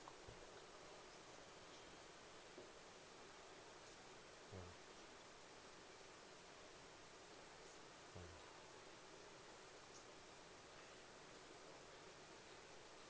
mm mm